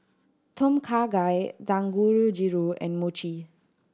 Tom Kha Gai and Mochi